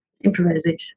improvisation